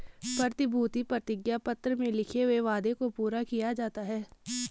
प्रतिभूति प्रतिज्ञा पत्र में लिखे हुए वादे को पूरा किया जाता है